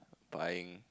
buying